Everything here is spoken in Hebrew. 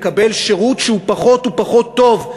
מקבל שירות שהוא פחות ופחות טוב,